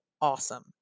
awesome